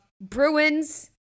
Bruins